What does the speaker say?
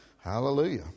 Hallelujah